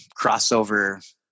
crossover